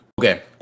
Okay